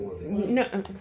no